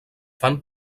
fan